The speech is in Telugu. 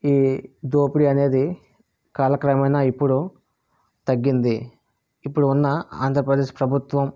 ఈ దోపిడీ అనేది కాలక్రమేణ ఇప్పుడు తగ్గింది ఇప్పుడు ఉన్న ఆంధ్రప్రదేశ్ ప్రభుత్వం